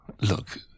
Look